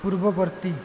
ପୂର୍ବବର୍ତ୍ତୀ